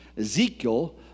Ezekiel